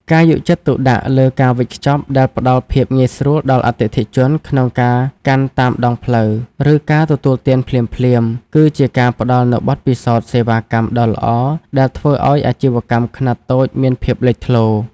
ការយកចិត្តទុកដាក់លើការវេចខ្ចប់ដែលផ្ដល់ភាពងាយស្រួលដល់អតិថិជនក្នុងការកាន់តាមដងផ្លូវ ឬការទទួលទានភ្លាមៗ គឺជាការផ្ដល់នូវបទពិសោធន៍សេវាកម្មដ៏ល្អដែលធ្វើឱ្យអាជីវកម្មខ្នាតតូចមានភាពលេចធ្លោ។